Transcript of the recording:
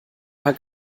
paar